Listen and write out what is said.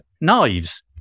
knives